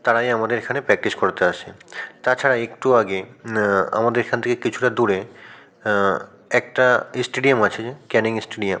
তারাই আমাদের এখানে প্র্যাকটিস করাতে আসেন তাছাড়া একটু আগে আমাদের এখান থেকে কিছুটা দূরে একটা স্টেডিয়াম আছে ক্যানিং স্টেডিয়াম